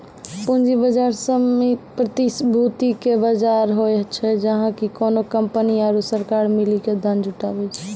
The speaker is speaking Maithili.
पूंजी बजार, प्रतिभूति के बजार होय छै, जहाँ की कोनो कंपनी आरु सरकार मिली के धन जुटाबै छै